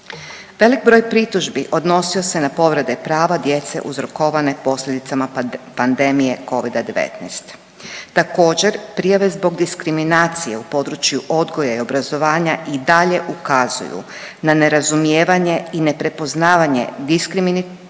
Velik broj pritužbi odnosio se na povrede prava djece uzrokovane posljedicama pandemije Covida-19. Također, prijave zbog diskriminacije u području odgoja i obrazovanja i dalje ukazuju na nerazumijevanje i neprepoznavanje diskriminatornog